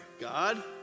God